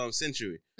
century